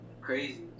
crazy